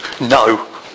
No